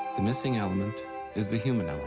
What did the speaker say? the missing element is the human ah